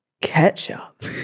Ketchup